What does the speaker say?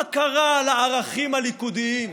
מה קרה לערכים הליכודיים?